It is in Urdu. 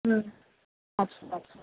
اچھا اچھا